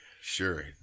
Sure